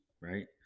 Right